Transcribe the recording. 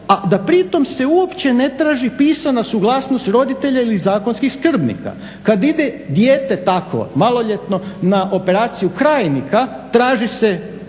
a da pritom se uopće ne traži pisana suglasnost roditelja ili zakonskih skrbnika. Kad ide dijete takvo maloljetno na operaciju krajnika traži se